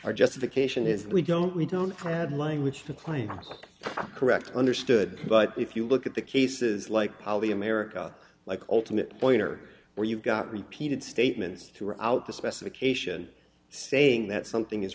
our justification is that we don't we don't have language to claim correct understood but if you look at the cases like polly america like ultimate pointer where you've got repeated statements throughout the specification saying that something is